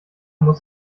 muss